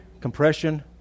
compression